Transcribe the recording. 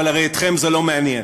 אבל הרי אתכם זה לא מעניין.